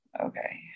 Okay